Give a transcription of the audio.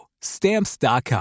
Stamps.com